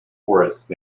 forest